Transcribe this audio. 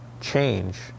change